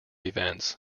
events